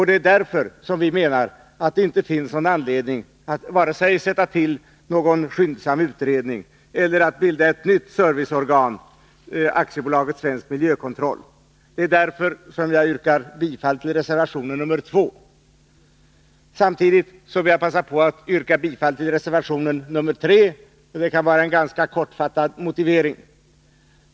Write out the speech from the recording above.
Det är därför vi menar att det inte finns någon anledning att vare sig sätta till någon skyndsam utredning eller att bilda ett nytt serviceorgan, AB Svensk Miljökontroll. Jag yrkar därför bifall till reservationen nr 2. Samtidigt vill jag passa på att yrka bifall till reservationen nr 3. Det kan här motiveras ganska kortfattat.